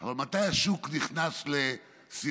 אבל מתי השוק נכנס לסחרור?